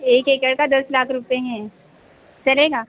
एक एकड़ का दस लाख रुपये है चलेगा